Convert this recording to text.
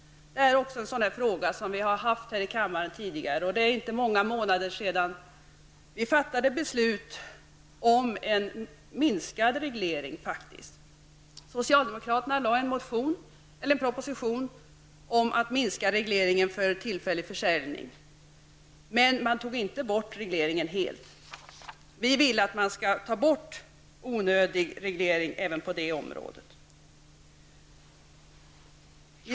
Även denna fråga har tagits upp tidigare här i kammaren. Det är inte många månader sedan beslut fattades här om en minskad reglering. Socialdemokraterna har lagt fram en proposition om en minskad reglering vad gäller tillfällig försäljning. Men det handlade inte om ett fullständigt borttagande av regleringen. Vi vill dock att onödig reglering skall bort även på detta område.